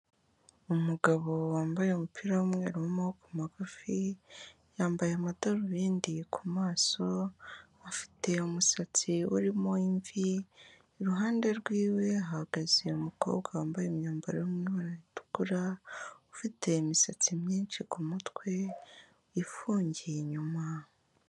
Umugabo wambaye umupira w'umweru w'amaboko magufi, yambaye amadarubindi ku maso, afite umusatsi urimo imvi, iruhande rwiwe hahagaze umukobwa wambaye imyambaro yo mu ibara ritukura, ufite imisatsi myinshi ku mutwe, ifungiye inyuma.